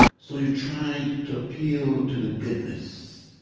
so you try to appeal to the goodness